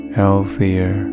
healthier